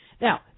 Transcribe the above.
Now